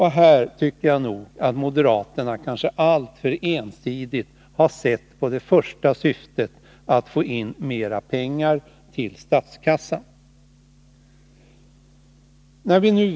Här tycker jag nog att moderaterna alltför ensidigt har sett till det förstnämnda, att få in mera pengar till statskassan.